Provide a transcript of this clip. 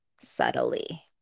subtly